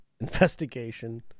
investigation